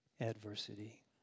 adversity